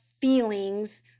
feelings